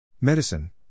Medicine